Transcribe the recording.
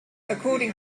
according